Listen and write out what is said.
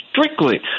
strictly